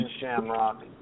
Shamrock